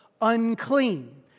unclean